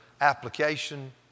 application